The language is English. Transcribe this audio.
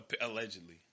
Allegedly